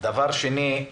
דבר שני,